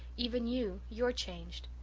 even you you're changed.